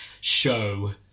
show